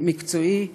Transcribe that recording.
מקצועי.